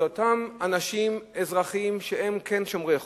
זה אותם אנשים אזרחים שהם כן שומרי חוק,